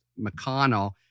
McConnell